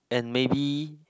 and maybe